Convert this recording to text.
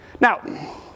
Now